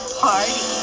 party